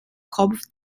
kopf